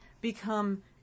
become